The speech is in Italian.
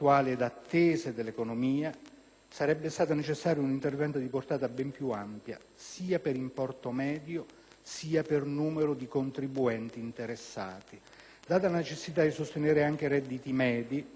sarebbe stato necessario un intervento di portata ben più ampia, sia per importo medio che per numero di contribuenti interessati. Data la necessità di sostenere anche i redditi medi - anche il ceto medio